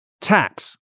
Tax